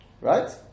Right